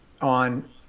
on